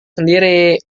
sendiri